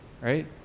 right